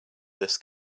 this